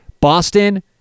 Boston